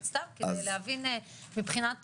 שזה נחמד שקיבלתי